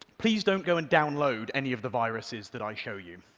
please don't go and download any of the viruses that i show you.